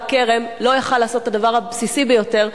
כרם לא יכול היה לעשות את הדבר הבסיסי ביותר,